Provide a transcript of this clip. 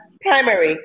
primary